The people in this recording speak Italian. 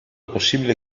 possibile